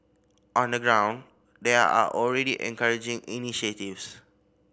on the ground there are already encouraging initiatives